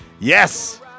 Yes